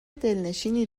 دلنشینی